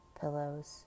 pillows